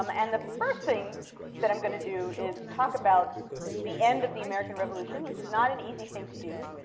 um and the first thing that i'm going to do is talk about the end of the american revolution, which is not an easy thing to do,